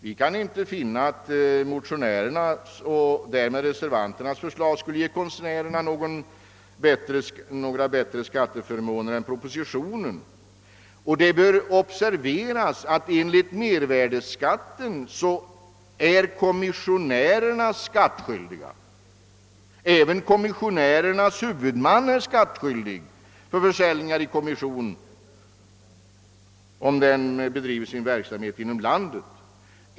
Vi kan inte finna att motionärernas och därmed reservanternas förslag skulle ge konstnärerna bättre förmåner än propositionen gör. Det bör observeras att enligt förslaget även kommissionärerna och kommissionäreras huvudman är skattskyldiga för försäljning i kommission, om kommissionären bedriver sin verksamhet inom landet.